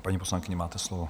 Paní poslankyně, máte slovo.